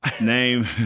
Name